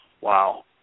Wow